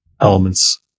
elements